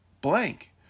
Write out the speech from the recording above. blank